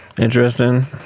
interesting